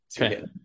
Okay